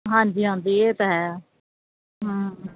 ਹਾਂਜੀ ਹਾਂਜੀ ਇਹ ਤਾਂ ਹੈ ਹਾਂ